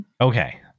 Okay